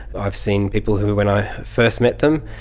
i've seen people who, when i first met them,